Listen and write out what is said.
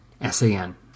S-A-N